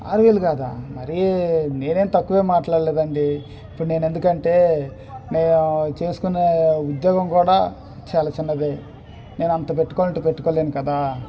ఆరు వేలు కాదా మరీ నేనేమీ తక్కువేం మాట్లాడలేదు అండి ఇప్పుడు నేను ఎందుకు అంటే నేనూ చేసుకునే ఉద్యోగం కూడా చాలా చిన్నదే నేను అంత పెట్టుకోవాలి అంటే పెట్టుకోలేను కదా